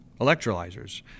electrolyzers